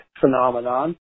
phenomenon